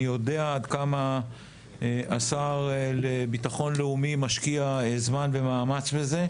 אני יודע עד כמה השר לביטחון לאומי משקיע זמן ומאמץ בזה,